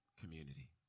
community